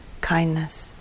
kindness